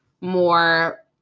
more